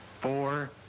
four